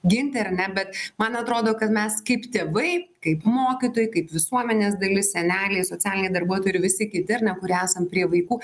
ginti ar ne bet man atrodo kad mes kaip tėvai kaip mokytojai kaip visuomenės dalis seneliai socialiniai darbuotojai ir visi kiti ar ne kurie esam prie vaikų